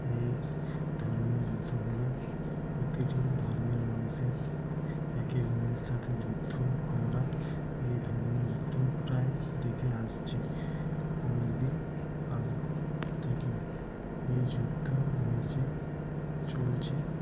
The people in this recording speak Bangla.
এই ধর্মীয় যুদ্ধ হল প্রতিটি ধর্মের মানুষের একে অন্যের সাথে যুদ্ধ আমরা এই ধর্মীয় যুদ্ধ প্রায় দেখে আসছি অনেকদিন আগে থেকেই এই যুদ্ধ হয়েছে চলছে